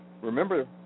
Remember